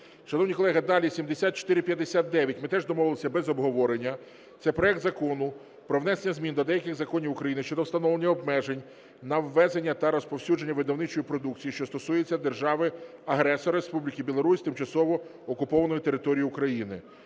Шановні колеги, далі 7459. Ми теж домовилися без обговорення. Це проект Закону про внесення змін до деяких законів України щодо встановлення обмежень на ввезення та розповсюдження видавничої продукції, що стосується держави-агресора, Республіки Білорусь, тимчасово окупованої території України.